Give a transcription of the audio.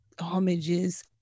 homages